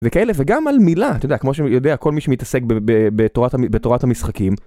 וכאלה וגם על מילה אתה יודע כמו שיודע כל מי שמתעסק בתורת המשחקים